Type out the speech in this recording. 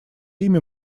имя